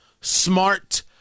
smart